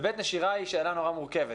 ושנית, נשירה היא שאלה נורא מורכבת.